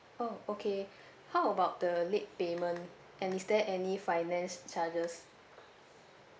oh okay how about the late payment and is there any finance charges